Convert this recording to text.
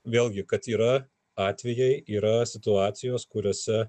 vėlgi kad yra atvejai yra situacijos kuriose